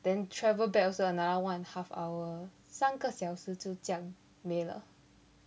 then travel back also another one and half hour 三个小时就这样没了